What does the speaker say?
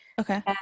Okay